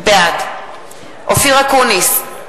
בעד אופיר אקוניס,